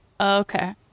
okay